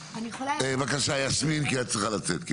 בבקשה יסמין כי את צריכה לצאת.